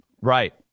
Right